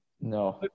No